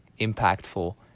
impactful